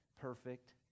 perfect